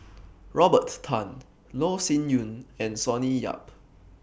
Robert Tan Loh Sin Yun and Sonny Yap